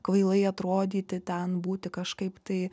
kvailai atrodyti ten būti kažkaip tai